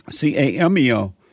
Cameo